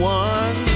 one